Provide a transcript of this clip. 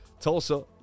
Tulsa